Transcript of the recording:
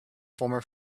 former